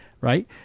Right